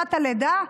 בחופשת הלידה,